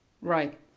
Right